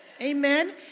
Amen